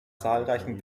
zahlreichen